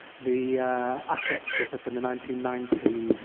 the asset stripper from the nineteen ninety s.